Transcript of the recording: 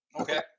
Okay